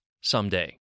someday